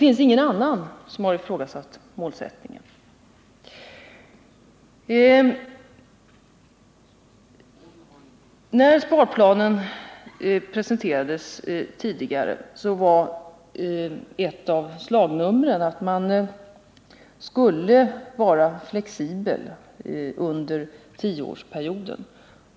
Ingen annan har ifrågasatt målsättningen. När sparplanen presenterades tidigare var ett av slagnumren att vara flexibel under tioårsperioden.